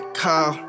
call